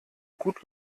gut